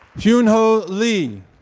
hyunho lee.